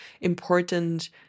important